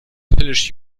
höllisch